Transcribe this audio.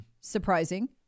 Surprising